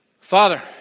Father